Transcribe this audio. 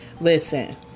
listen